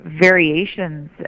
variations